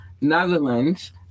Netherlands